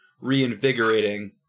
reinvigorating